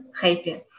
happy